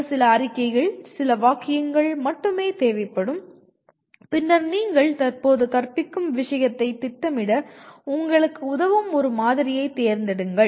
ஒரு சில அறிக்கைகள் சில வாக்கியங்கள் மட்டுமே தேவைப்படும் பின்னர் நீங்கள் தற்போது கற்பிக்கும் விஷயத்தை திட்டமிட உங்களுக்கு உதவும் ஒரு மாதிரியைத் தேர்ந்தெடுங்கள்